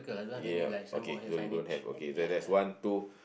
ya okay so you don't have okay there's one two